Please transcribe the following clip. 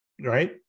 right